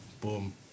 Boom